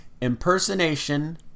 Impersonation